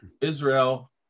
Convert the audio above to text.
Israel